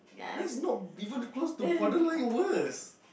that's not even close to borderline worst